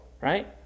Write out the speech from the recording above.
right